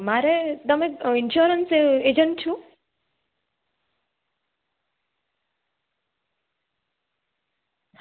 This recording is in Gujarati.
મારે તમે ઈન્સ્યોરન્સ એજન્ટ છો